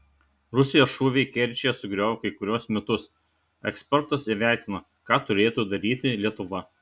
rusijos šūviai kerčėje sugriovė kai kuriuos mitus ekspertas įvertino ką turėtų daryti lietuva